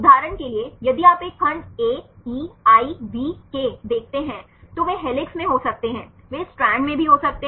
उदाहरण के लिए यदि आप एक खंड AEIVK देखते हैं तो वे हेलिक्स में हो सकते हैं वे स्ट्रैंड में भी हो सकते हैं